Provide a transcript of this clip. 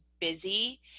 busy